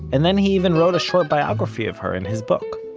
and then he even wrote a short biography of her in his book.